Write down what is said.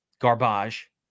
Garbage